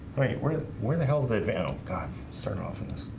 wait wait where the hell's they fail god start office-wide